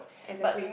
exactly